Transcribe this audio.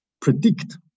predict